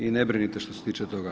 I ne brinite što se tiče toga.